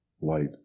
light